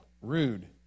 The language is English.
rude